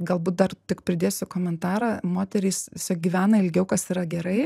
galbūt dar tik pridėsiu komentarą moterys tiesiog gyvena ilgiau kas yra gerai